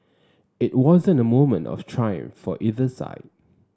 it wasn't a moment of triumph for either side